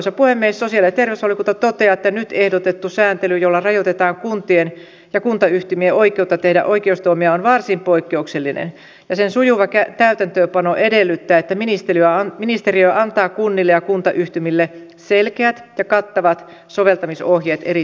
sosiaali ja terveysvaliokunta toteaa että nyt ehdotettu sääntely jolla rajoitetaan kuntien ja kuntayhtymien oikeutta tehdä oikeustoimia on varsin poikkeuksellinen ja sen sujuva täytäntöönpano edellyttää että ministeriö antaa kunnille ja kuntayhtymille selkeät ja kattavat soveltamisohjeet eri tilanteisiin